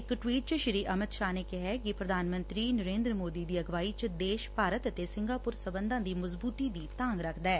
ਇਕ ਟਵੀਟ ਚ ਸ੍ਰੀ ਅਮਿਤ ਸ਼ਾਹ ਨੇ ਕਿਹੈ ਕਿ ਪ੍ਰਧਾਨ ਮੰਤਰੀ ਨਰੇਦਰ ਮੋਦੀ ਦੀ ਅਗਵਾਈ ਚ ਦੇਸ਼ ਭਾਰਤ ਅਤੇ ਸੰਘਾਪੁਰ ਸਬੰਧਾ ਦੀ ਮਜ਼ਬੂਤੀ ਦੀ ਤਾਘ ਰੱਖਦੈ